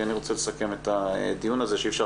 כי אני רוצה לסכם את הדיון הזה שאי אפשר